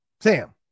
Sam